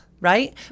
right